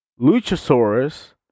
Luchasaurus